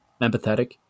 empathetic